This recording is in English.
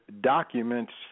documents